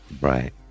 Right